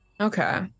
okay